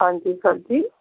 ਹਾਂਜੀ ਸਰ ਜੀ